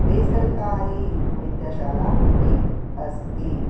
बेसरकारी वैद्यशाला अपि अस्ति